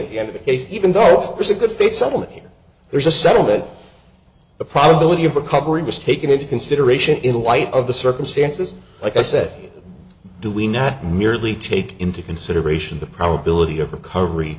waive the end of the case even though there's a good faith settlement here there's a settlement the probability of recovery was taken into consideration in light of the circumstances like i said do we not merely take into consideration the probability of recovery